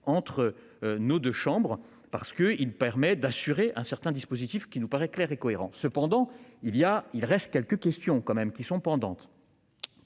entre. Nos deux chambres parce qu'il permet d'assurer un certain dispositifs qui nous paraît clair et cohérent, cependant il y a, il reste quelques questions quand même qui sont pendantes.